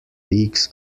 peaks